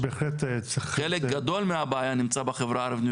חלק גדול מהבעיה נמצא בחברה הערבית,